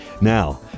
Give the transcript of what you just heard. Now